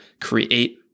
create